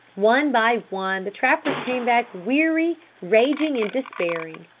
one by one the trappers came back weary, raging, and despairing.